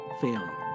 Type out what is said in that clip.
failure